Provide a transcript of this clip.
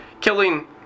killing